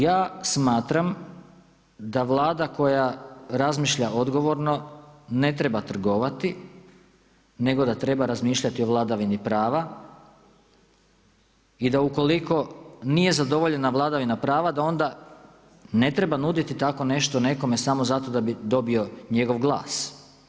Ja smatram da Vlada koja razmišlja odgovorno ne treba trgovati nego da treba razmišljati o vladavini prava i da ukoliko nije zadovoljena vladavina prava ne treba nuditi tako nešto nekome samo zato da bi dobio njegov glas.